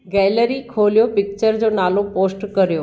gallery खोलियो picture जो नालो पोस्ट कयो